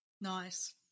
Nice